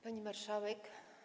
Pani Marszałek!